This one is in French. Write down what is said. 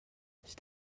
c’est